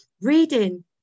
reading